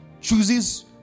chooses